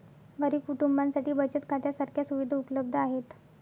गरीब कुटुंबांसाठी बचत खात्या सारख्या सुविधा उपलब्ध आहेत